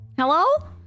Hello